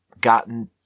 gotten